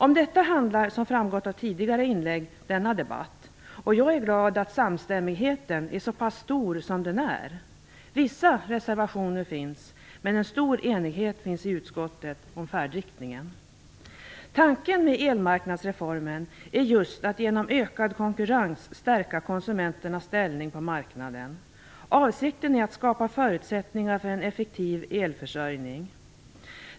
Om detta handlar, som framgått av tidigare inlägg, denna debatt, och jag är glad att samstämmigheten är så pass stor som den är. Vissa reservationer finns, men en stor enighet finns i utskottet om färdriktningen. Tanken med elmarknadsreformen är just att genom ökad konkurrens stärka konsumenternas ställning på marknaden. Avsikten är att skapa förutsättningar för en effektiv elförsörjning.